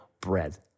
bread